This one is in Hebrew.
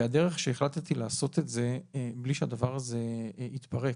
והדרך שהחלטתי לעשות את זה בלי שהדבר הזה יתפרק,